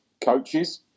coaches